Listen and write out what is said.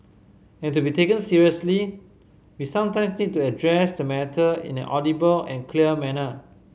and to be taken seriously we sometimes need to address the matter in an audible and clear manner